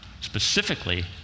specifically